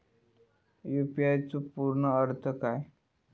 UPI चो पूर्ण अर्थ काय?